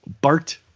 Bart